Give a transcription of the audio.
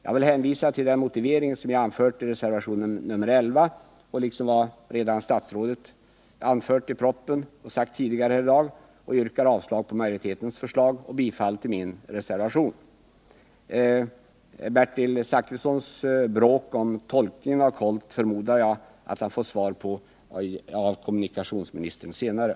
Jag vill hänvisa till den motivering jag anfört i reservation nr 11, liksom till vad statsrådet anfört i propositionen och sagt tidigare här i dag, och yrkar bifall till min reservation. Bertil Zachrissons bråk om tolkningen av KOLT förmodar jag att han får svar på av kommunikationsministern senare.